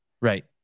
Right